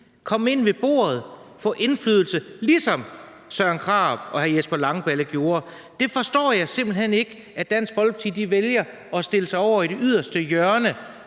Kom ind ved bordet, og få indflydelse, ligesom hr. Søren Krarup og hr. Jesper Langballe gjorde. Jeg forstår simpelt hen ikke, at Dansk Folkeparti vælger at stille sig over i det yderste hjørne,